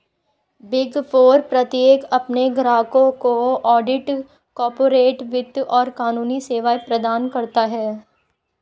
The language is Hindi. बिग फोर प्रत्येक अपने ग्राहकों को ऑडिट, कॉर्पोरेट वित्त और कानूनी सेवाएं प्रदान करता है